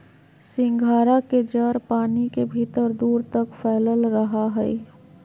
सिंघाड़ा के जड़ पानी के भीतर दूर तक फैलल रहा हइ